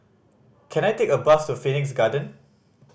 can I take a bus to Phoenix Garden